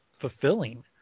fulfilling